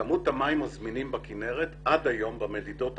כמות המים הזמינים בכינרת עד היום במדידות אחורה,